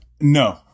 No